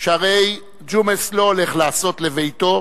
שהרי ג'ומס לא הולך לעשות לביתו,